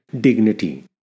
dignity